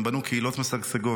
הם בנו קהילות משגשגות,